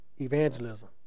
evangelism